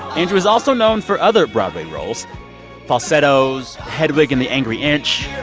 andrew is also known for other broadway roles falsettos, hedwig and the angry inch.